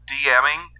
DMing